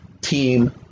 team